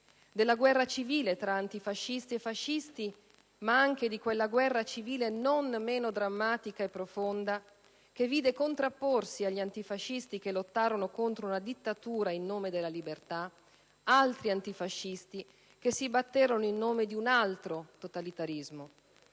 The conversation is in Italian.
della guerra civile tra antifascisti e fascisti, ma anche di quella guerra civile non meno drammatica e profonda che vide contrapporsi agli antifascisti che lottarono contro una dittatura in nome della libertà altri antifascisti, che si batterono in nome di un altro totalitarismo.